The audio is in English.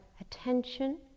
attention